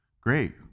Great